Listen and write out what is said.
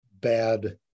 bad